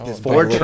Four